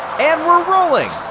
and we're rolling!